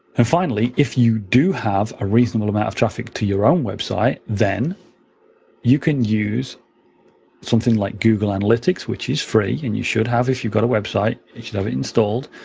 and, finally, if you do have a reasonable amount of traffic to your own website, then you can use something like google analytics, which is free, and you should have. if you've got a website, you should have it installed.